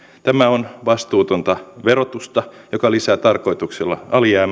tämä on vastuutonta verotusta joka lisää tarkoituksella alijäämää